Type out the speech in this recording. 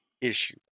issue